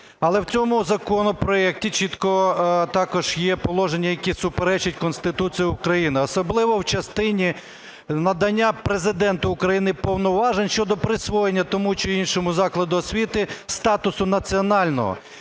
Але в цьому законопроекті чітко також є положення, які суперечать Конституції України, особливо в частині надання Президенту України повноважень щодо присвоєння тому чи іншому закладу освіти статусу національного.